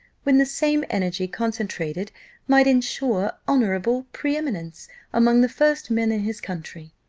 when the same energy concentrated might ensure honourable pre-eminence among the first men in his country.